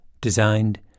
designed